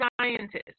scientists